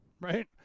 right